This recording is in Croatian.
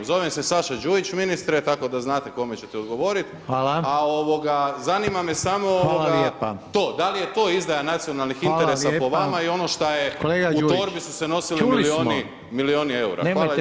Zovem se Saša Đujić ministre, tako da znate kome ćete odgovoriti, a zanima me samo to, da li je to izdaja nacionalnih interesa po vama i ono što je u torbi su se nosili milijuni eura.